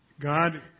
God